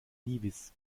nevis